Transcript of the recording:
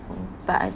but I